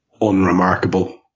unremarkable